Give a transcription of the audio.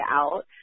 out